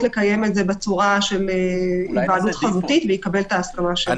לקיים את זה בצורה של היוועדות חזותית ויקבל את ההסכמה שלו.